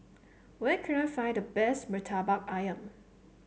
where can I find the best Murtabak ayam